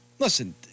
Listen